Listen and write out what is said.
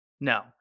no